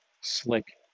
slick